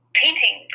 painting